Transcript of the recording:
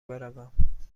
بروم